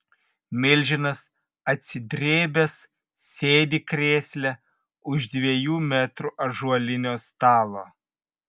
milžinas atsidrėbęs sėdi krėsle už dviejų metrų ąžuolinio stalo